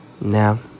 now